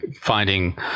finding